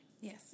Yes